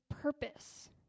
purpose